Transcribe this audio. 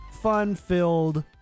fun-filled